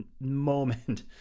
moment